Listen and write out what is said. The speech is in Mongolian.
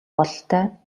бололтой